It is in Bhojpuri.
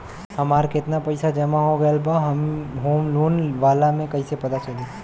हमार केतना पईसा जमा हो गएल बा होम लोन वाला मे कइसे पता चली?